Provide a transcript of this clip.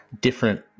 different